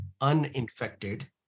uninfected